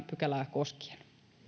pykälää koskien